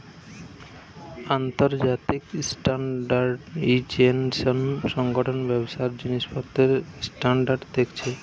আন্তর্জাতিক স্ট্যান্ডার্ডাইজেশন সংগঠন ব্যবসার জিনিসপত্রের স্ট্যান্ডার্ড দেখছে